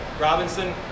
Robinson